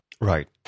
Right